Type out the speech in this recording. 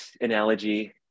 analogy